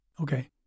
Okay